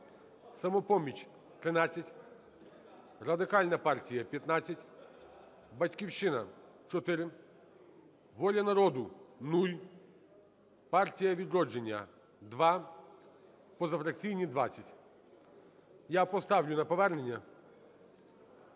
"Самопоміч" – 13, Радикальна партія – 15, "Батьківщина" – 4, "Воля народу" – 0, "Партія "Відродження" – 2, позафракційні – 20. Я поставлю на повернення.